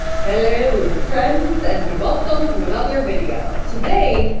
hello friends and welcome to another video today,